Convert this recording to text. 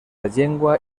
llengua